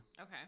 okay